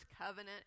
covenant